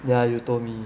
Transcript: ya you told me